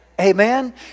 Amen